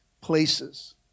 places